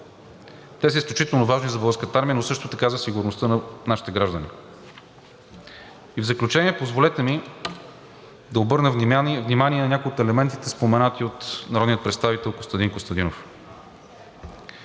Те са изключително важни за Българската армия, но също така за сигурността на нашите граждани. И в заключение, позволете ми да обърна внимание на някои от елементите, споменати от народния представител Костадин Костадинов.